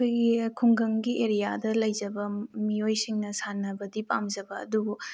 ꯑꯩꯈꯣꯏꯒꯤ ꯈꯨꯡꯒꯪꯒꯤ ꯑꯦꯔꯤꯌꯥꯗ ꯂꯩꯖꯕ ꯃꯤꯑꯣꯏꯁꯤꯡꯅ ꯁꯥꯟꯅꯕꯗꯤ ꯄꯥꯝꯖꯕ ꯑꯗꯨꯕꯨ